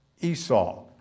Esau